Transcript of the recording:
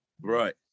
Right